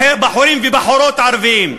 בחורים ובחורות ערבים,